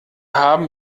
haben